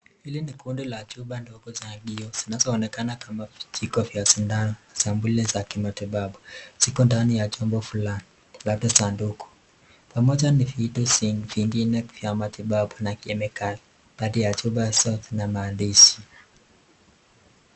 Hili ni kundi la chupa ya kioo ama vijiko ya sindano zile za kimatibabu ziko ndani ya chombo fulani labda sanduku pamoja ni vitu vingine vya matibabu na kemikali kati ya chupa na maandishi.